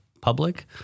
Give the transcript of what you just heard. public